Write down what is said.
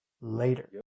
later